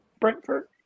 Brentford